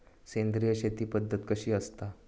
सेंद्रिय शेती पद्धत कशी असता?